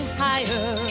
higher